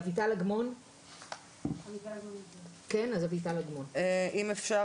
אגיד שאני מאוד מתרשם ומחשיב את העובדה שיושבת